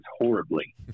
horribly